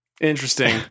Interesting